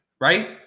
Right